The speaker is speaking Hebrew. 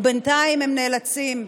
בינתיים הם נאלצים,